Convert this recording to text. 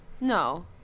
No